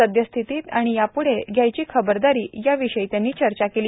सद्यस्थिती आणि पुढे घ्यायची खबरदारी याविषयी त्यांनी चर्चा केली